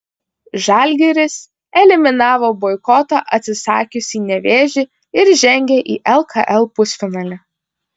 žalgiris eliminavo boikoto atsisakiusį nevėžį ir žengė į lkl pusfinalį